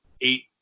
eight